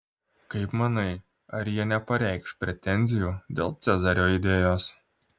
kaip manai ar jie nepareikš pretenzijų dėl cezario idėjos